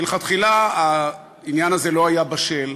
מלכתחילה העניין הזה לא היה בשל,